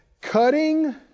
cutting